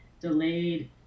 delayed